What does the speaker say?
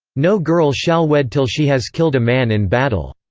no girl shall wed till she has killed a man in battle.